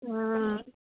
ആ